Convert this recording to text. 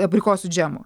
abrikosų džemu